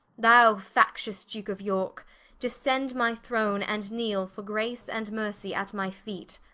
thou factious duke of yorke descend my throne, and kneele for grace and mercie at my feet,